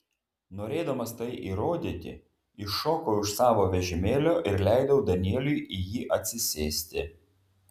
norėdamas tai įrodyti iššokau iš savo vežimėlio ir leidau danieliui į jį atsisėsti